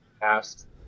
past